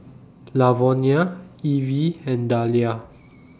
Lavonia Ivey and Dalia